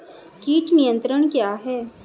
कीट नियंत्रण क्या है?